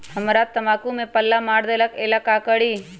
हमरा तंबाकू में पल्ला मार देलक ये ला का करी?